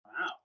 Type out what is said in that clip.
Wow